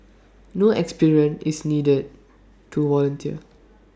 no experience is needed to volunteer